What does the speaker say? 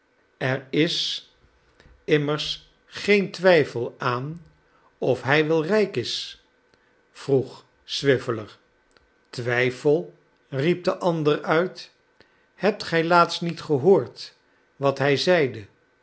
er is immers geen twijfel aan of hij wel rijk is vroeg swiveller twijfel riep de ander uit hebt gij laatst niet gehoord wat hij zeide